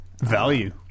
Value